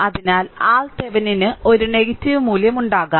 അതിനാൽ RThevenin ന് ഒരു നെഗറ്റീവ് മൂല്യം ഉണ്ടാകാം